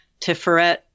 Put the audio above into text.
Tiferet